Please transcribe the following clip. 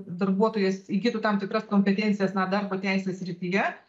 darbuotojas įgytų tam tikras kompetencijas na darbo teisės srityje